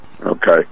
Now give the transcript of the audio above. okay